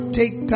take